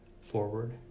forward